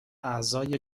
اعضای